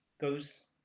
goes